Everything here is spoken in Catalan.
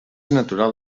natural